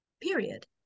period